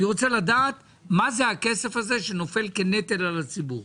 אני רוצה לדעת מה זה הכסף הזה שנופל כנטל על הציבור.